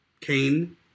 Cain